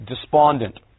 despondent